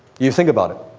you think about it.